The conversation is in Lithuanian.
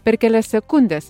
per kelias sekundes